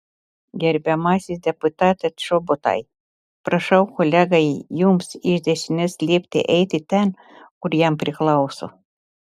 gerbiamasis deputate čobotai prašau kolegai jums iš dešinės liepti eiti ten kur jam priklauso